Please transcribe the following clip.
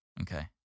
okay